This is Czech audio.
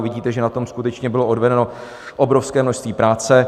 Vidíte, že na tom skutečně bylo odvedeno obrovské množství práce.